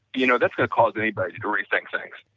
you know, that's going to cause anybody to rethink things,